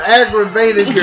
aggravated